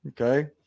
Okay